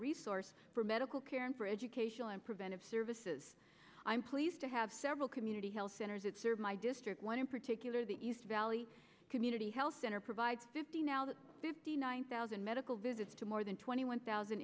resource for medical care and for educational and preventive services i'm pleased to have several community health centers that serve my district one in particular the east valley community health center provide fifty now that fifty nine thousand medical visits to more than twenty one thousand